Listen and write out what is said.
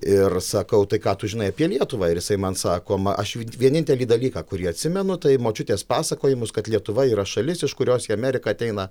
ir sakau tai ką tu žinai apie lietuvą ir jisai man sakoma aš vienintelį dalyką kurį atsimenu tai močiutės pasakojimus kad lietuva yra šalis iš kurios į ameriką ateina